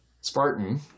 spartan